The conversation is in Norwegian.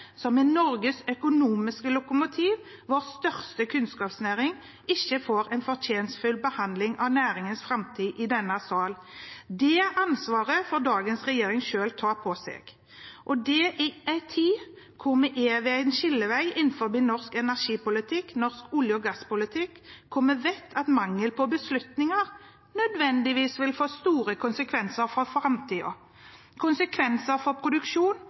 som er Norges økonomiske lokomotiv, vår største kunnskapsnæring, ikke får en fortjenstfull behandling av næringens fremtid i denne salen. Det ansvaret får dagens regjering selv ta på seg. Og det er i en tid hvor vi er ved en skillevei innenfor norsk energipolitikk, norsk olje- og gasspolitikk, hvor vi vet at mangel på beslutninger nødvendigvis vil få store konsekvenser for fremtiden – konsekvenser for produksjon